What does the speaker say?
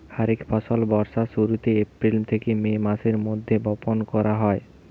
খরিফ ফসল বর্ষার শুরুতে, এপ্রিল থেকে মে মাসের মধ্যে বপন করা হয়